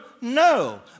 No